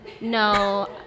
No